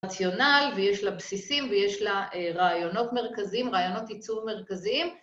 רציונל ויש לה בסיסים ויש לה רעיונות מרכזיים, רעיונות ייצור מרכזיים